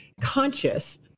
conscious